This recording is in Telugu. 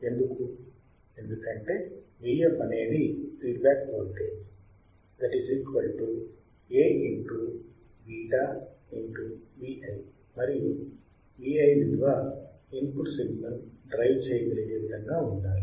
ఎందుకు ఎందుకంటే Vf అనేది ఫీడ్బ్యాక్ వోల్టేజ్ A β Vi మరియు Vi విలువ ఇన్పుట్ సిగ్నల్ డ్రైవ్ చేయగలిగే విధముగా ఉండాలి